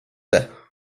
det